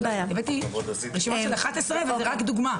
רק דוגמה.